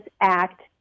act